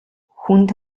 хүнд